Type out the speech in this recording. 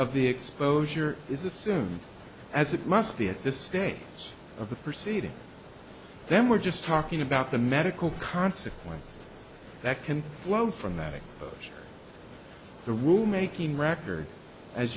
of the exposure is assumed as it must be at this stage of the proceeding then we're just talking about the medical consequences that can flow from that exposure the room making record as